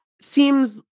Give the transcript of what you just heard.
seems